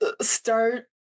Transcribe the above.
start